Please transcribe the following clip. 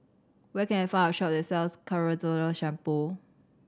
where can I find a shop that sells Ketoconazole Shampoo